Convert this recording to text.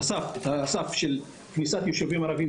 הסף של כניסת יישובים ערביים,